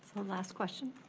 last question.